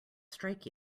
strike